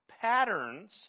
patterns